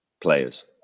players